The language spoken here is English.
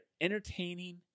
entertaining